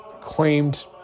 claimed